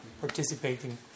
participating